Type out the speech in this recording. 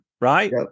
right